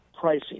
pricing